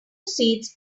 seats